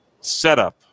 setup